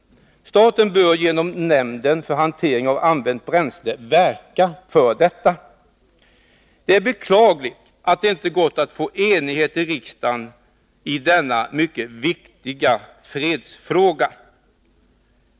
Staten bör genom nämnden för hantering av använt kärnbränsle verka för detta. Det är beklagligt att det inte gått att få enighet i riksdagen i denna mycket viktiga fredsfråga.